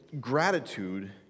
gratitude